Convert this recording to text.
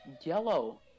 yellow